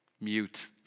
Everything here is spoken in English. mute